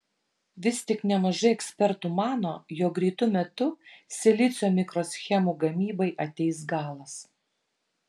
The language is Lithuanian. vis tik nemažai ekspertų mano jog greitu metu silicio mikroschemų gamybai ateis galas